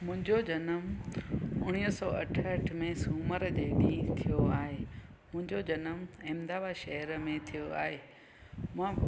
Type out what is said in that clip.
हा मुंहिंजो जनम उणिवीह सौ अठहअठ में सूमरु जे ॾींहुं थिओ आहे मुंहिंजो जनम अहमदाबाद शहर में थिओ आहे मां पोइ